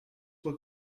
were